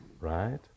right